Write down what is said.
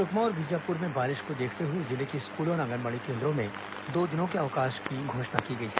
सुकमा और बीजापुर में बारिश को देखते हुए जिले के स्कूलों और आंगनबाड़ी केन्द्रों में दो दिन के अवकाश की घोषणा की है